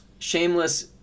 shameless